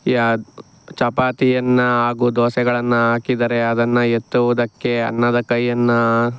ಯಾ ಚಪಾತಿಯನ್ನು ಹಾಗೂ ದೋಸೆಗಳನ್ನು ಹಾಕಿದರೆ ಅದನ್ನು ಎತ್ತುವುದಕ್ಕೆ ಅನ್ನದ ಕೈಯನ್ನು